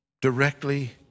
directly